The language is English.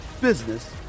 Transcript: business